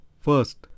first